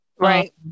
right